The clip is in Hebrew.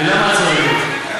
למה את צועקת?